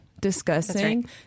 discussing